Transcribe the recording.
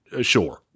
Sure